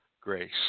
grace